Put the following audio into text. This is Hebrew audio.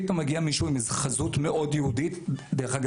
פתאום מגיע מישהו עם חזות מאוד יהודית דרך אגב,